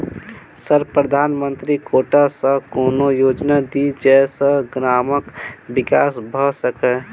Sir प्रधानमंत्री quota सऽ कोनो योजना दिय जै सऽ ग्रामक विकास भऽ सकै?